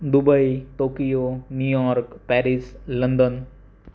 Dubai Tokyo New York Paris London